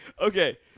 Okay